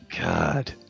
God